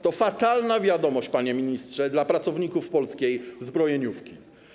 To fatalna wiadomość, panie ministrze, dla pracowników polskiej zbrojeniówki.